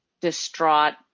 distraught